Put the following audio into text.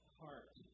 heart